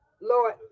Lord